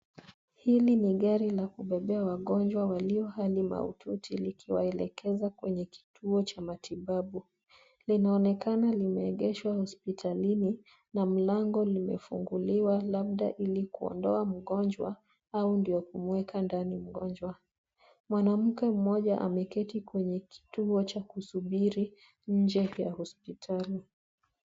Hili ni gari la kubebea wagonjwa walio hali mahututi likiwaelekeza kwenye kituo cha matibabu. Linaonekana lime egeshwa hospitalini na mlango limefunguliwa labda ili kuondoa mgonjwa au ndio kumuweka ndani mgonjwa. Mwanamke mmoja ameketi kwenye kituo cha kusubiri nje ya hospitali.